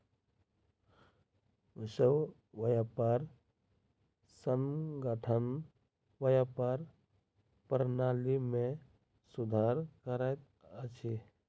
विश्व व्यापार संगठन व्यापार प्रणाली में सुधार करैत अछि